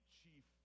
chief